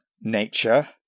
nature